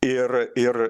ir ir